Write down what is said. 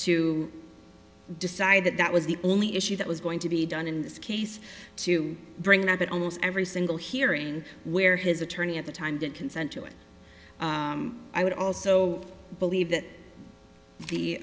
to decide that that was the only issue that was going to be done in this case to bring it up at almost every single hearing where his attorney at the time did consent to it i would also believe that